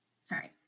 sorry